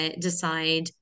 decide